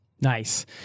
Nice